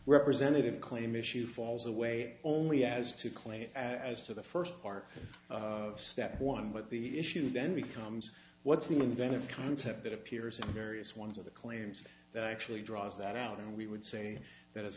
representative claim issue falls away only as to claim as to the first part of step one but the issue then becomes what's new then a concept that appears in various ones of the claims that actually draws that out and we would say that as